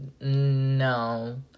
No